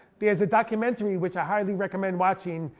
there's a documentary which i highly recommend watching,